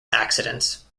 accidents